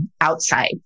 outside